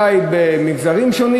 ועוד תופעות שיש אולי במגזרים שונים,